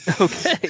Okay